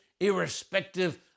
irrespective